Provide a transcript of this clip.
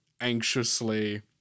anxiously